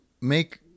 make